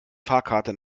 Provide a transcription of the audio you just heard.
fahrkarte